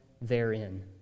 therein